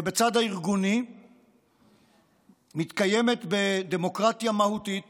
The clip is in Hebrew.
בצד הארגוני מתקיימת בדמוקרטיה מהותית